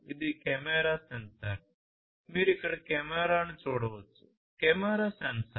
ఇది camera sensor మీరు ఇక్కడ కెమెరాను చూడవచ్చు కెమెరా సెన్సార్